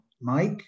Mike